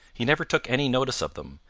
he never took any notice of them,